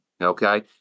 okay